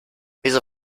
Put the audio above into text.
wieso